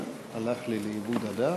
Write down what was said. שנייה, הלך לי לאיבוד הדף.